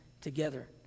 together